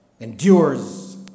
endures